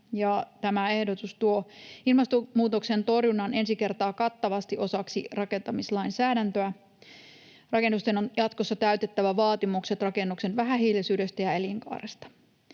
Tämä ehdotus tuo ilmastonmuutoksen torjunnan ensi kertaa kattavasti osaksi rakentamislainsäädäntöä. Rakennusten on jatkossa täytettävä vaatimukset rakennuksen vähähiilisyydestä ja elinkaaresta.